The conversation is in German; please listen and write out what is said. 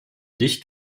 dicht